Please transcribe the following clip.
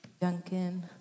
Duncan